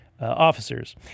officers